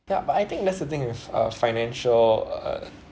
ya but I think that's the thing with uh financial uh